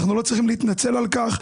אנחנו לא צריכים להתנצל על כך,